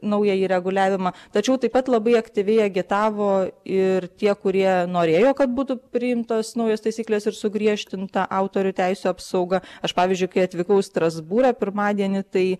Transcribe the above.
naująjį reguliavimą tačiau taip pat labai aktyviai agitavo ir tie kurie norėjo kad būtų priimtos naujos taisyklės ir sugriežtinta autorių teisių apsauga aš pavyzdžiui kai atvykau į strasbūrą pirmadienį tai